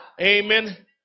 Amen